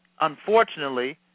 unfortunately